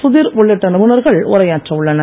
சுதிர் உள்ளிட்ட நிபுணுர்கள் உரையாற்ற உள்ளனர்